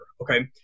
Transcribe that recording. Okay